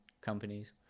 companies